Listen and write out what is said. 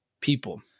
people